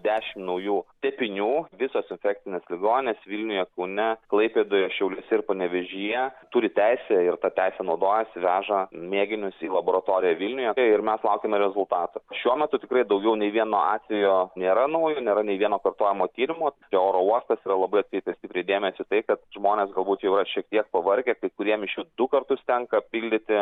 dešim naujų tėpinių visos infekcinės ligoninės vilniuje kaune klaipėdoje šiauliuose ir panevėžyje turi teisę ir ta teise naudojasi veža mėginius į laboratoriją vilniuje ir mes laukiame rezultatų šiuo metu tikrai daugiau nei vieno atvejo nėra naujo nėra nei vieno kartojamo tyrimo čia oro uostas yra labai atkreipęs stipriai dėmesį į tai kad žmonės galbūt jau yra šiek tiek pavargę kai kuriem iš jų du kartus tenka pildyti